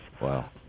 Wow